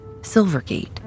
Silvergate